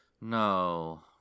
No